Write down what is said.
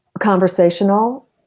conversational